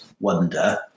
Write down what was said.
wonder